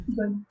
Good